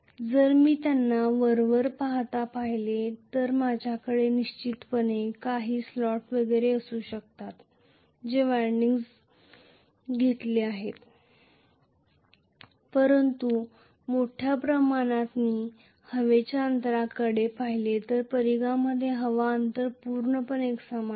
जर मी त्यांना वरवर पाहता पाहिले तर माझ्याकडे निश्चितपणे काही स्लॉट्स वगैरे असू शकतात जेथे विंडिंग्ज घातली आहेत परंतु मोठ्या प्रमाणात मी हवेच्या अंतराकडे पाहिले तर परिघामध्ये हवा अंतर पूर्णपणे एकसमान आहे